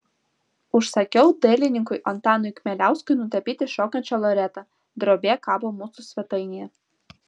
užsakiau dailininkui antanui kmieliauskui nutapyti šokančią loretą drobė kabo mūsų svetainėje